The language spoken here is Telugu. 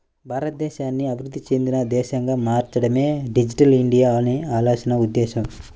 భారతదేశాన్ని అభివృద్ధి చెందిన దేశంగా మార్చడమే డిజిటల్ ఇండియా అనే ఆలోచన ఉద్దేశ్యం